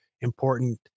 important